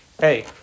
Hey